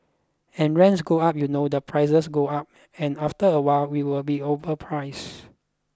and rents go up you know the prices go up and after a while we will be overpriced